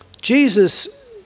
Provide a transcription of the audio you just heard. Jesus